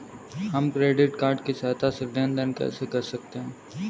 हम credit card की सहायता से लेन देन कैसे कर सकते हैं?